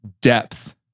depth